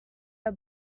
her